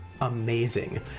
amazing